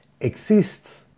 exists